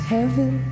heaven